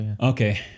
Okay